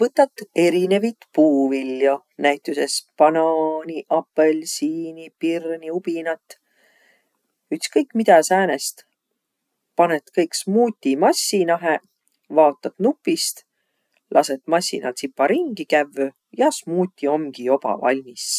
Võtat erinevit puuviljo, näütüses banaani, apõlsiini, pirni, ubinat, ütskõik midä säänest. Panõt kõik smuutimassinahe, vaotat nupist, lasõt massinal tsipa ringi kävvüq ja smuuti omgi joba valmis.